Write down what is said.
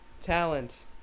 Talent